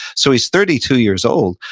so, he's thirty two years old,